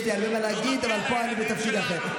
יש לי הרבה מה להגיד, אבל פה אני בתפקיד אחר.